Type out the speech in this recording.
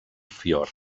fiord